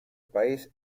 país